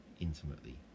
intimately